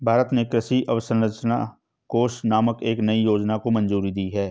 भारत ने कृषि अवसंरचना कोष नामक एक नयी योजना को मंजूरी दी है